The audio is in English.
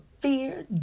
fear